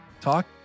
talk